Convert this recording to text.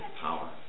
power